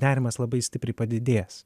nerimas labai stipriai padidės